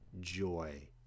joy